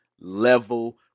level